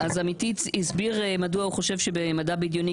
אז עמיתי הסביר מדוע הוא חושב שבמדע בדיוני,